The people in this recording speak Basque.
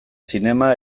zinema